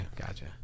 gotcha